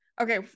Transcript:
Okay